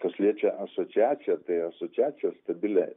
kas liečia asociaciją tai asociacijos stabiliai